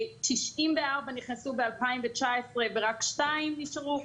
94 נכנסו ב- 2019 ורק שניים נשארו.